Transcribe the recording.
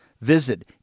Visit